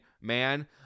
man